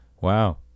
wow